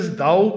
thou